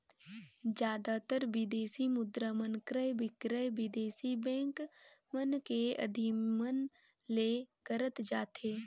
जादातर बिदेसी मुद्रा मन क्रय बिक्रय बिदेसी बेंक मन के अधिमन ले करत जाथे